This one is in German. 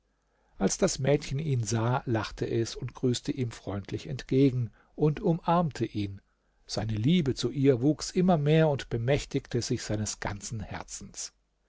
als das mädchen ihn sah lachte es und grüßte ihm freundlich entgegen und umarmte ihn seine liebe zu ihr wuchs immer mehr und bemächtigte sich seines ganzen herzens